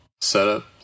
setup